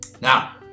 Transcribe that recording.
Now